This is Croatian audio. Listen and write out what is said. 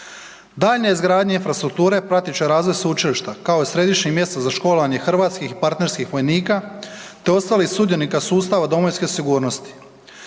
Daljnja izgradnja infrastrukture pratit će razvoj Sveučilišta, kao središnjeg mjesta za školovanje hrvatskih i partnerskih vojnika te ostalih sudionika sustava domovinske sigurnosti.